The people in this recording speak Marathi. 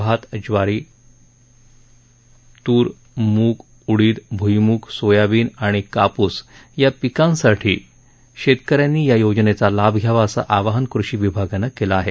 भात ज्वारी तूर मूग उडीद भ्ईमूग सोयाबिन आणि कापूस या पिकांसाठी शेतकऱ्यांनी या योजनेचा लाभ घ्यावा असं आवाहन कृषी विभागानं केलं आहे